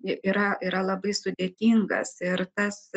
yra yra labai sudėtingas ir tas